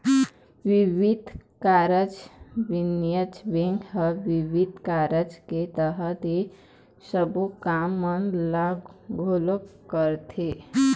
बिबिध कारज बानिज्य बेंक ह बिबिध कारज के तहत ये सबो काम मन ल घलोक करथे